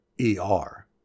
E-R